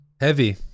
Heavy